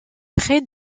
près